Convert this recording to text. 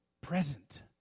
present